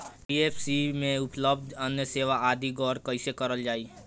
NBFC में उपलब्ध अन्य सेवा आदि पर गौर कइसे करल जाइ?